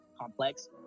complex